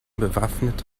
bewaffnet